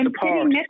support